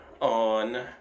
on